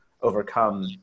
overcome